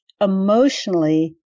emotionally